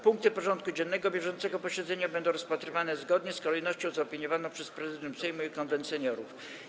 Punkty porządku dziennego bieżącego posiedzenia będą rozpatrywane zgodnie z kolejnością zaopiniowaną przez Prezydium Sejmu i Konwent Seniorów.